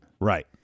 Right